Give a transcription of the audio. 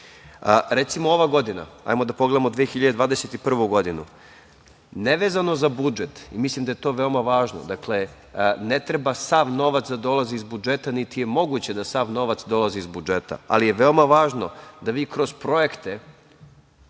ova godina, da pogledamo 2021. godinu, nevezano za budžet i mislim da je to veoma važno, dakle, ne treba sav novac da dolazi iz budžeta niti je moguće da sav novac dolazi iz budžeta, ali je veoma važno da vi kroz projekte